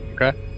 Okay